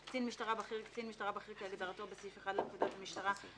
"קצין משטרה בכיר" קצין משטרה בכיר כהגדרתו בסעיף 1 לפקודת המשטרה ,